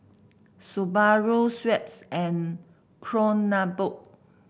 Subaru Schweppes and Kronenbourg